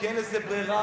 כי אין לזה ברירה,